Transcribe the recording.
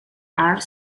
are